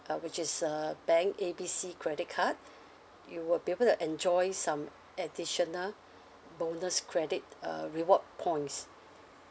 uh which is uh bank A B C credit card you will be able to enjoy some additional bonus credit uh reward points